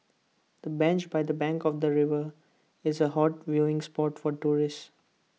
the bench by the bank of the river is A hot viewing spot for tourists